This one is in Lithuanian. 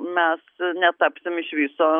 mes netapsim iš viso